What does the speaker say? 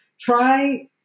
try